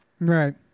Right